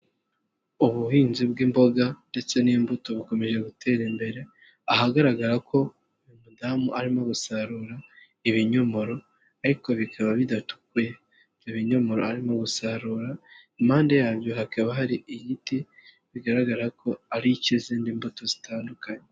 Ubuhinzi bw'imboga ndetse n'imbuto bukomeje gutera imbere, ahagaragara ko uyu mudamu arimo gusarura ibinyomoro ariko bikaba bidatukuye. Ibyo binyomoro arimo gusarura, impande yabyo hakaba hari igiti, bigaragara ko ari icy'izindi mbuto zitandukanye.